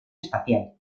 espacial